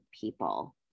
people